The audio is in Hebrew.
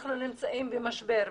אנחנו נמצאים במשבר,